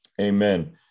Amen